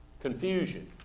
confusion